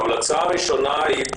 ההמלצה הראשונה היא,